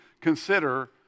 consider